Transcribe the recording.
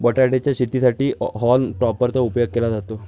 बटाटे च्या शेतीसाठी हॉल्म टॉपर चा उपयोग केला जातो